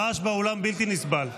הרעש באולם בלתי נסבל.